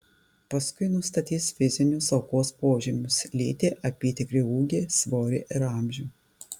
paskui nustatys fizinius aukos požymius lytį apytikrį ūgį svorį ir amžių